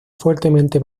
fuertemente